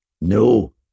No